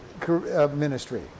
ministry